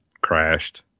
crashed